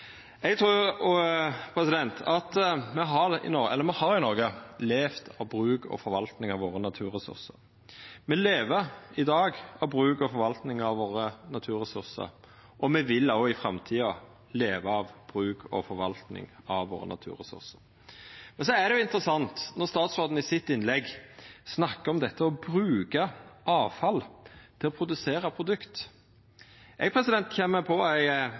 Me har i Noreg levd av bruk og forvalting av naturressursane våre. Me lever i dag av bruk og forvalting av naturressursane våre, og me vil òg i framtida leva av bruk og forvalting av naturressursane våre. Men det er interessant når statsråden i innlegget sitt snakkar om å bruka avfall til å produsera produkt. Eg kjem på ei